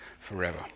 forever